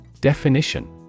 Definition